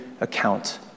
account